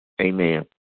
Amen